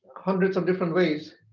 hundreds of different ways,